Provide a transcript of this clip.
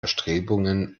bestrebungen